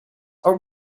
are